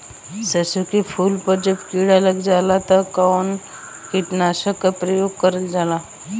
सरसो के फूल पर जब किड़ा लग जाला त कवन कीटनाशक क प्रयोग करल जाला?